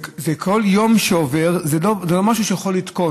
כל יום שעובר, זה לא משהו שיכול לתקון.